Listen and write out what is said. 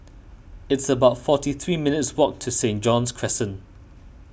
it's about forty three minutes' walk to Saint John's Crescent